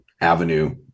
avenue